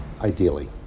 ideally